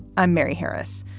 i'm mary harris.